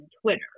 Twitter